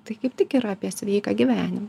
tai kaip tik yra apie sveiką gyvenimą